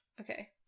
okay